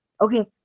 okay